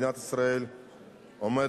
מדינת ישראל עומדת